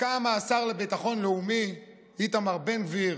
קם השר לביטחון לאומי איתמר בן גביר,